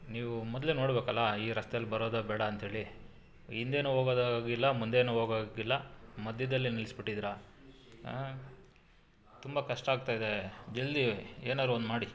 ನೀವು ಮೊದಲೇ ನೋಡ್ಬೇಕಲ್ಲ ಈ ರಸ್ತೆಲಿ ಬರೋದಾ ಬೇಡ ಅಂತ ಹೇಳಿ ಹಿಂದೆನು ಹೋಗೋದಾಗಿಲ್ಲ ಮುಂದೆನೂ ಹೋಗೋ ಹಾಗಿಲ್ಲ ಮಧ್ಯದಲ್ಲೇ ನಿಲ್ಸ್ಬಿಟ್ಟಿದ್ದಿರ ತುಂಬ ಕಷ್ಟ ಆಗ್ತಾಯಿದೆ ಜಲ್ದಿ ಏನಾರು ಒಂದು ಮಾಡಿ